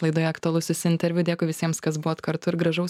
laidoje aktualusis interviu dėkui visiems kas buvot kartu ir gražaus